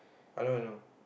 I know I know